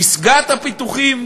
פסגת הפיתוחים